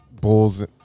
bulls